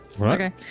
okay